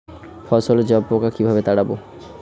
ফসলে জাবপোকা কিভাবে তাড়াব?